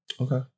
Okay